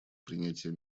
принятия